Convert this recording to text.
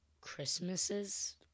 christmases